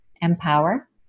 empower